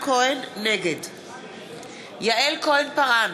נגד יעל כהן-פארן,